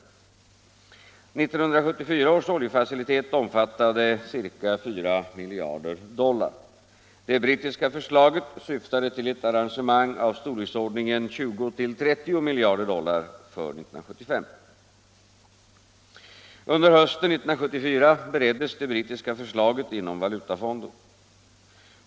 1974 års oljefacilitet omfattade ca 4 miljarder dollar. Det brittiska förslaget syftade till ett arrangemang av storleksordningen 20-30 miljarder dollar för år 1975. Under hösten 1974 bereddes det brittiska förslaget inom valutafonden.